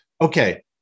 Okay